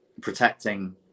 protecting